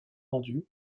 rendus